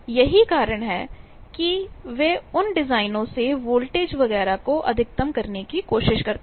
यही कारण है कि वे उन डिजाइनों से वोल्टेज वगैरह को अधिकतम करने की कोशिश करते हैं